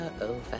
over